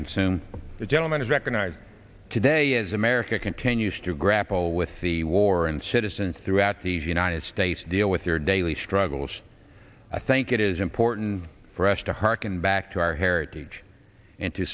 consume the gentleman is recognized today as america continues to grapple with the war and citizens throughout the united states deal with their daily struggles i think it is important for us to hearken back to our heritage and to